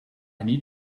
need